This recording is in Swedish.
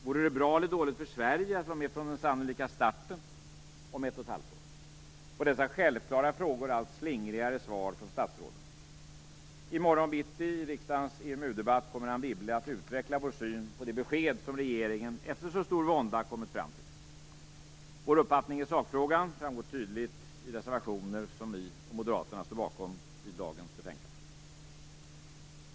Vore det bra eller dåligt för Sverige att vara med från den sannolika starten om ett och ett halvt år? På dessa självklara frågor kommer det allt slingrigare svar från statsråden. I morgon bitti i riksdagens EMU-debatt kommer Anne Wibble att utveckla vår syn på det besked som regeringen efter så stor vånda kommit fram till. Vår uppfattning i sakfrågan framgår tydligt i de reservationer som vi och Moderaterna står bakom i dagens betänkande.